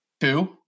Two